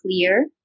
clear